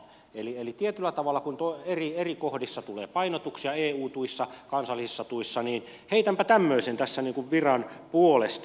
eli tietyllä tavalla kun eri kohdissa tulee painotuksia eu tuissa kansallisissa tuissa niin heitänpä tämmöisen tässä niin kuin viran puolesta